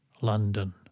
London